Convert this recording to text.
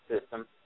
system